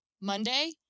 Monday